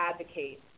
advocate